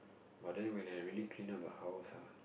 but then when I really clean up the house ah